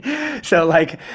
so like,